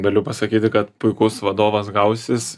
galiu pasakyti kad puikus vadovas gausis